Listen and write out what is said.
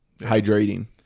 hydrating